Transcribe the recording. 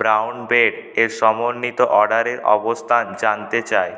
brown bread এর সমন্বিত অর্ডারের অবস্থান জানতে চাই